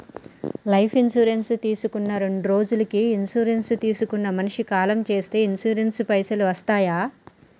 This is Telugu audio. లైఫ్ ఇన్సూరెన్స్ తీసుకున్న రెండ్రోజులకి ఇన్సూరెన్స్ తీసుకున్న మనిషి కాలం చేస్తే ఇన్సూరెన్స్ పైసల్ వస్తయా?